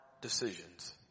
decisions